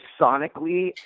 sonically